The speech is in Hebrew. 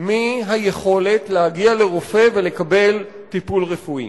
מהיכולת להגיע לרופא ולקבל טיפול רפואי.